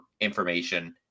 information